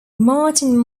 martin